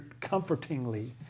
comfortingly